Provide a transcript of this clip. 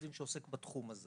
עו"ד שעוסק בתחום של